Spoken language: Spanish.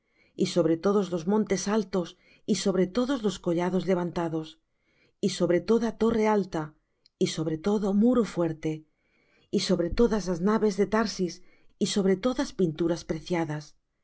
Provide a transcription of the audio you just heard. y sobre todos los montes altos y sobre todos los collados levantados y sobre toda torre alta y sobre todo muro fuerte y sobre todas las naves de tarsis y sobre todas pinturas preciadas